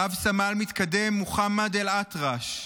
רב-סמל מתקדם מוחמד אלאטרש,